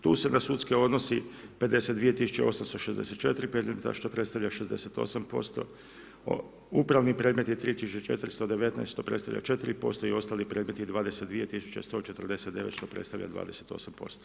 Tu se na sudske odnosi 52864 predmeta što predstavlja 68%, upravni predmeti 3419, što predstavlja 4% i ostali predmeti 22149, što predstavlja 28%